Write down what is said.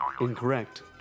Incorrect